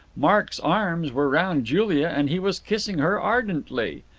mark's arms were round julia and he was kissing her ardently.